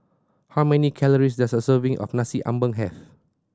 how many calories does a serving of Nasi Ambeng have